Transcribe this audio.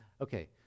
Okay